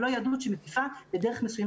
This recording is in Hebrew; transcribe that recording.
ולא יהדות שמטיפה לדרך מסוימת.